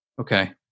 Okay